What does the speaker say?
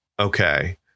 okay